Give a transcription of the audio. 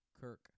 Kirk